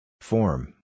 Form